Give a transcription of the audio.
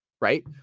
right